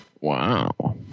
Wow